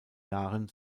jahren